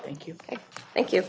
thank you thank you